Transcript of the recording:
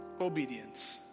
obedience